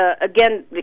again